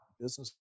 business